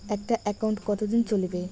একটা একাউন্ট কতদিন চলিবে?